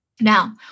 Now